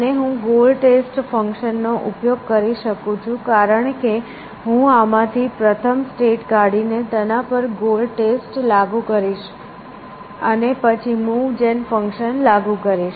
અને હું goal test function નો ઉપયોગ કરી શકું છું કારણ કે હું આમાંથી પ્રથમ સ્ટેટ કાઢીને તેના પર ગોલ ટેસ્ટ લાગુ કરીશ અને પછી મૂવ જેન ફંક્શન લાગુ કરીશ